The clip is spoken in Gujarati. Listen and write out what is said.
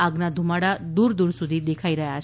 આગના ધુમાડા દૂરદૂર સુધી દેખાઇ રહ્યા છે